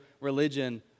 religion